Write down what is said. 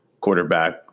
quarterback